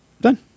Done